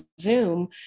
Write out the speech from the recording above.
zoom